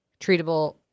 Treatable